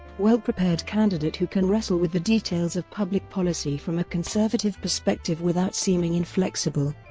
well-prepared candidate who can wrestle with the details of public policy from a conservative perspective without seeming inflexible.